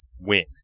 win